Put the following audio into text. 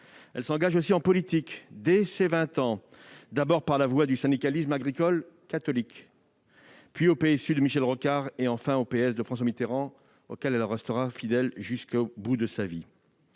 Elle s'engage aussi en politique, dès ses 20 ans, d'abord par la voie du syndicalisme agricole catholique, puis au PSU de Michel Rocard et, enfin, au PS de François Mitterrand, auquel elle restera fidèle jusqu'à la fin de sa vie.